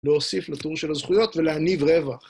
להוסיף לטור של הזכויות ולהניב רווח.